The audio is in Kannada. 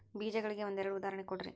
ಬೇಜಗಳಿಗೆ ಒಂದೆರಡು ಉದಾಹರಣೆ ಕೊಡ್ರಿ?